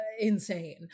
insane